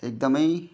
एकदमै